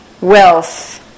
Wealth